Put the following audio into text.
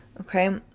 Okay